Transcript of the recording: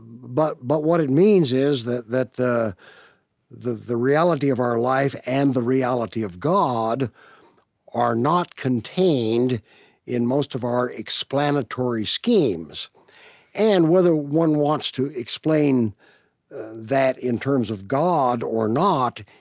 but but what it means is that that the the reality of our life and the reality of god are not contained in most of our explanatory schemes and whether one wants to explain that in terms of god or not,